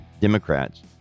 Democrats